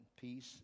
peace